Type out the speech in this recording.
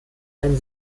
ein